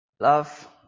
Love